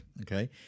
okay